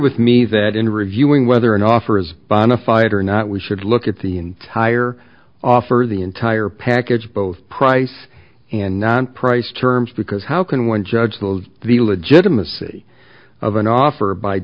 with me that in reviewing whether an offer is bonafide or not we should look at the entire offer or the entire package both price and non price terms because how can one judge those the legitimacy of an offer by